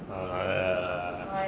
ah err